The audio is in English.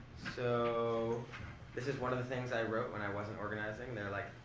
so this is one of the things i wrote when i wasn't organizing. they're, like,